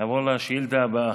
נעבור לשאילתה הבאה.